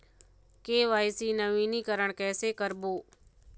KYC नवीनीकरण कैसे करबो?